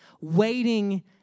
Waiting